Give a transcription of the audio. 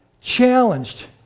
challenged